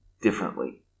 differently